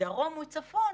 מדרום ומצפון,